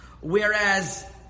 Whereas